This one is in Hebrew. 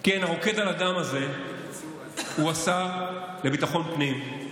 כן, הרוקד על הדם הזה הוא השר לביטחון פנים.